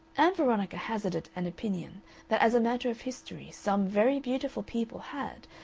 ann veronica hazarded an opinion that as a matter of history some very beautiful people had,